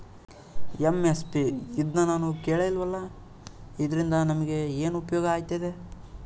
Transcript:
MSP ಇದ್ನನಾನು ಕೇಳೆ ಇಲ್ವಲ್ಲ? ಇದ್ರಿಂದ ನಮ್ಗೆ ಏನ್ಉಪ್ಯೋಗ ಆಯ್ತದೆ?